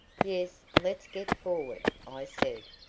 yes, let's get forward, i said,